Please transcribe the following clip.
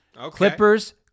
Clippers